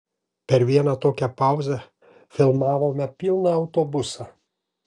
per vieną tokią pauzę filmavome pilną autobusą